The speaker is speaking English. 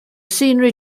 scenery